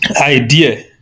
idea